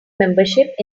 membership